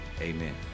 amen